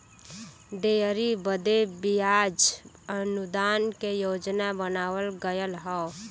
dairy बदे बियाज अनुदान के योजना बनावल गएल हौ